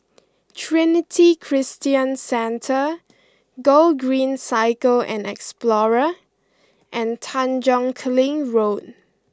Trinity Christian Centre Gogreen Cycle and Explorer and Tanjong Kling Road